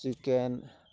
chicken